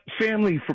Family